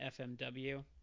FMW